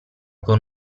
con